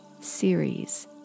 series